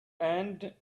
end